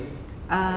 uh